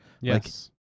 Yes